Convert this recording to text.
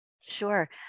Sure